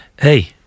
Hey